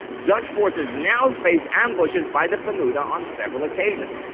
dutch forces now face ambushes by the pemuda on several occasions.